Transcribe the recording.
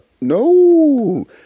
no